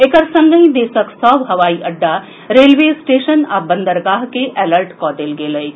एकर संगहि देशक सभ हवाई अड्डा रेलवे स्टेशन आ बंदरगाह के अलर्ट कऽ देल गेल अछि